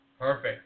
Perfect